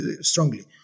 strongly